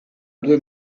due